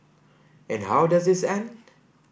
and how does this end